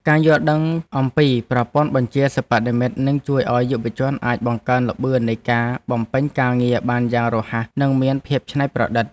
ការយល់ដឹងអំពីប្រព័ន្ធបញ្ញាសិប្បនិម្មិតនឹងជួយឱ្យយុវជនអាចបង្កើនល្បឿននៃការបំពេញការងារបានយ៉ាងរហ័សនិងមានភាពច្នៃប្រឌិត។